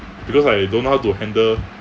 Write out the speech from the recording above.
because I don't know how to handle